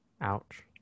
Ouch